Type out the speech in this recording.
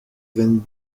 vingt